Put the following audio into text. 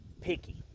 picky